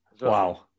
Wow